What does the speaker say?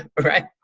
right?